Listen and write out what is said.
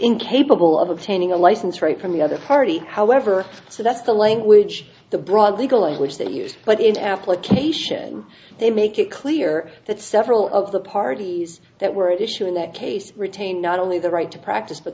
incapable of obtaining a license right from the other party however so that's the language the broad legal aid which they used but in affleck cation they make it clear that several of the parties that were at issue in that case retain not only the right to practice but